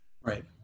Right